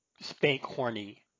spank-horny